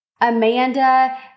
Amanda